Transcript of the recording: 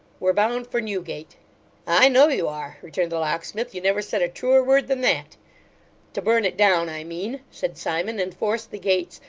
we're bound for newgate i know you are returned the locksmith. you never said a truer word than that to burn it down, i mean said simon, and force the gates,